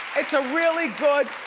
it's a really good,